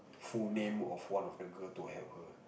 full name of one of the girl to help her